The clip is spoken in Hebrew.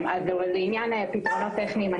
לעניין פתרונות טכניים,